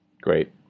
Great